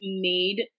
made